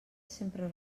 sempre